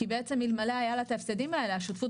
כי אלמלא היו לה את ההפסדים האלה השותפות